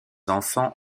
enfants